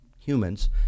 humans